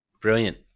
Brilliant